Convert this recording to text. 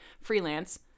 freelance